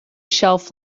shelf